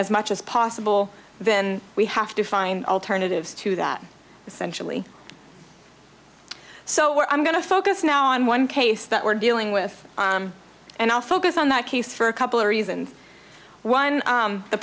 as much as possible then we have to find alternatives to that essentially so i'm going to focus now on one case that we're dealing with and i'll focus on that case for a couple of reasons one